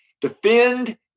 defend